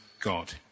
God